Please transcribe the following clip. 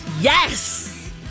Yes